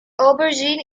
aubergine